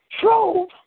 trove